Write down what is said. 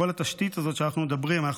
כל התשתית הזאת שאנחנו מדברים עליה,